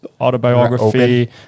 autobiography